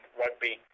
rugby